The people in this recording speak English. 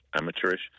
amateurish